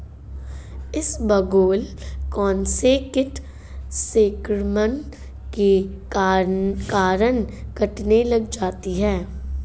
इसबगोल कौनसे कीट संक्रमण के कारण कटने लग जाती है?